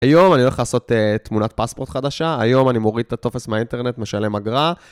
היום אני הולך לעשות תמונת פספורט חדשה. היום אני מוריד את הטופס מהאינטרנט, משלם אגרה